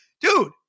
Dude